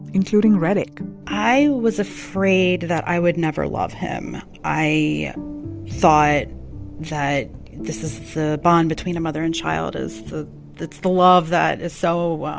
including reddick i was afraid that i would never love him. i thought that this is the bond between a mother and child is the the it's the love that is so,